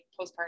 postpartum